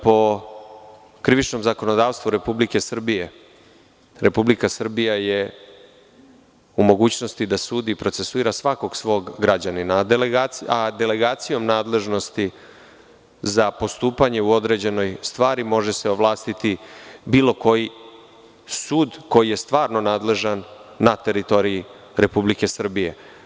Po Krivičnom zakonodavstvu Republike Srbije, Republika Srbija je u mogućnosti da sudi i procesuira svakog svog građanina, a delegacijom nadležnosti za postupanje u određenoj stvari može se ovlastiti bilo koji sud koji je stvarno nadležan na teritoriji Republike Srbije.